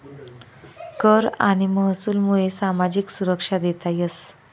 कर आणि महसूलमुये सामाजिक सुरक्षा देता येस